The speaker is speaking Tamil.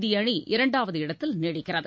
இந்தியஅணி இரண்டாவது இடத்தில் நீடிக்கிறது